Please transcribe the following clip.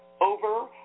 over